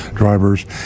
Drivers